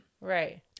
right